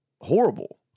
horrible